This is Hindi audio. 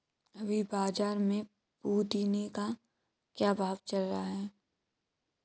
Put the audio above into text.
अभी बाज़ार में पुदीने का क्या भाव चल रहा है